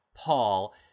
Paul